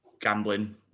gambling